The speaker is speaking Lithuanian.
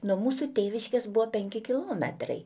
nuo mūsų tėviškės buvo penki kilometrai